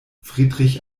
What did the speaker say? friedrich